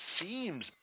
seems